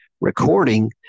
recording